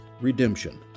redemption